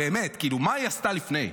באמת, כאילו, מה היא עשתה לפני?